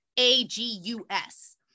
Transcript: A-G-U-S